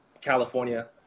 California